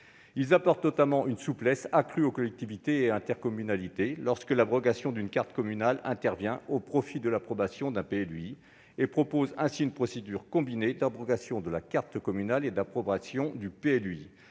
Il apporte notamment une souplesse accrue aux collectivités et aux intercommunalités, lorsque l'abrogation d'une carte communale intervient au profit de l'approbation d'un PLUi, et prévoit ainsi une procédure combinée d'abrogation de la carte communale et d'approbation du PLUi